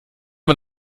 man